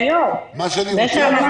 יואב ביקש כמה